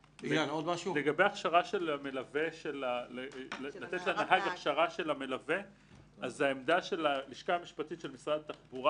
לגבי הבקשה לתת לנהג הכשרה של המלווה - דיברתי עם משרד התחבורה